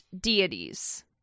deities